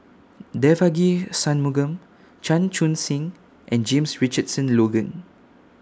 Devagi Sanmugam Chan Chun Sing and James Richardson Logan